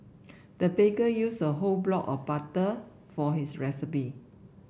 the baker used a whole block of butter for his recipe